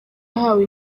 yahawe